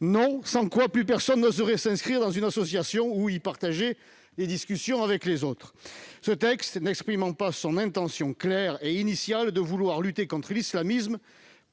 Non, sans quoi plus personne ne s'inscrirait dans une association ou y partagerait des discussions avec les autres ! Ce projet de loi, n'exprimant pas son intention claire et initiale de vouloir lutter contre l'islamisme,